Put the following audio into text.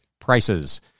prices